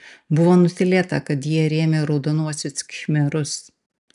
buvo nutylėta kad jie rėmė raudonuosius khmerus